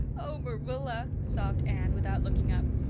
oh, marilla, sobbed anne, without looking up,